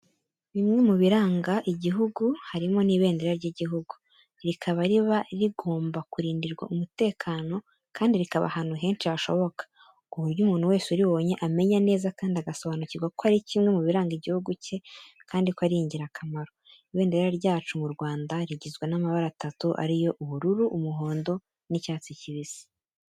Bimwe mu biranga igihugu harimo n'ibendera ry'iguhugu. Rikaba riba rigomba kurindirwa umutekano kandi rikaba ahantu henshi hashoboka ku buryo umuntu wese uribonye amenya neza kandi agasobanukirwa ko ari kimwe mu biranga igihugu cye kandi ko ari ingirakamaro. Ibendera ryacu mu Rwanda rigizwe n'amabara atatu ariyo ubururu, umuhondo n'icyatsi kibisi.